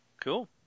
Cool